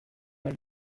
mal